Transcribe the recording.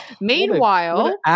Meanwhile